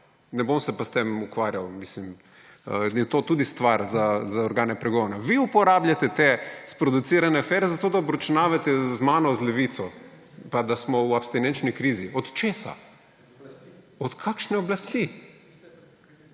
Ne bom se pa s tem ukvarjal. Mislim, da je to tudi stvar za organe pregona. Vi uporabljate te sproducirane afere, da obračunavate z mano, z Levico. Pa da smo v abstinenčni krizi. Od česa? / oglašanje